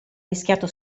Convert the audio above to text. rischiato